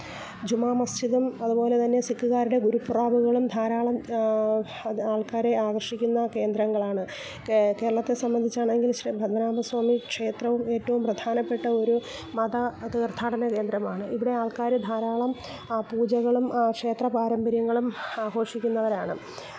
ജുമാമസ്ജിദദും അതുപോലെത്തന്നെ സിക്കുകാരുടെ ഗുരുപ്രോബുകളും ധാരാളം അത് ആള്ക്കാരെ ആകര്ഷിക്കുന്ന കേന്ദ്രങ്ങളാണ് കേരളത്തെ സംബന്ധിച്ചാണെങ്കില് ശ്രീ പത്മനാഭസ്വാമീക്ഷേത്രവും ഏറ്റവും പ്രധാനപ്പെട്ട ഒരു മത തീര്ത്ഥാടന കേന്ദ്രമാണ് ഇവിടെ ആള്ക്കാർ ധാരാളം പൂജകളും ക്ഷേത്ര പാരമ്പര്യങ്ങളും ആഘോഷിക്കുന്നവരാണ്